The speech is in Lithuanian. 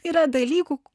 yra dalykų